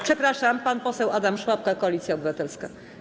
Przepraszam, pan poseł Adam Szłapka, Koalicja Obywatelska.